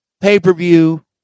pay-per-view